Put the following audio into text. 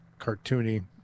Cartoony